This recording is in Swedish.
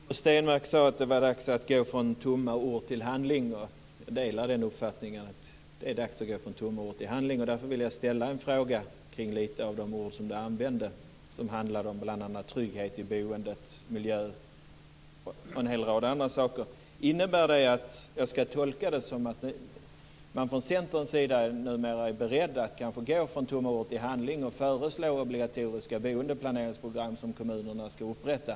Fru talman! Rigmor Stenmark sade att det var dags att gå från tomma ord till handling. Jag delar den uppfattningen. Därför vill jag ställa en fråga kring några av de ord som hon använde och som bl.a. handlar om trygghet i boendet, om miljön och en hel rad andra saker. Ska jag tolka det hela som att man från Centerns sida numera är beredd att gå från tomma ord till handling, och föreslå obligatoriska boendeplaneringsprogram som kommunerna ska upprätta?